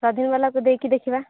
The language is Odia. ସ୍ୱାଧୀନ ବାଲାକୁ ଦେଇକି ଦେଖିବା